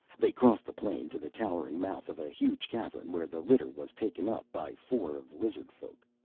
they crossed the plain to the towering mouth of a huge cavern where the litter was taken up by four of the lizard-folk.